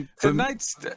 Tonight's